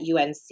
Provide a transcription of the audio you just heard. UNC